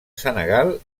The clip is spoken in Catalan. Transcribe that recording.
senegal